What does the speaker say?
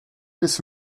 bis